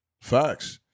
Facts